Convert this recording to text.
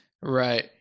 Right